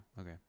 Okay